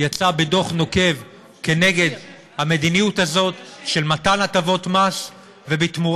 יצא בדוח נוקב כנגד המדיניות הזאת של מתן הטבות מס ובתמורה,